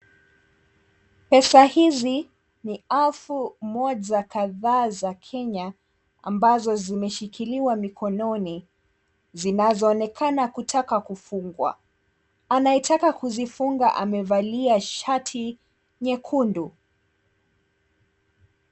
Pesa hizi ni elfu moja kadhaa za Kenya ambazo zimeshikiliwa mikononi zinazoonekana zinataka kufungwa. Anayetaka kuzifunga amevalia shati nyekundu.